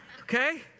Okay